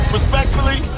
Respectfully